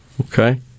Okay